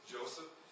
Joseph